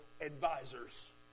advisors